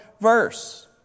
verse